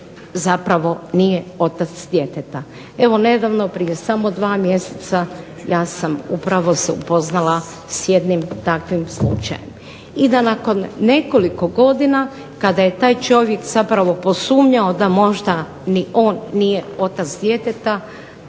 zapravo nije otac djeteta. Evo nedavno, prije samo dva mjeseca ja sam upravo se upoznala s jednim takvim slučajem. I da nakon nekoliko godina kada je taj čovjek zapravo posumnjao da možda ni on nije otac djeteta